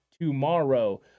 tomorrow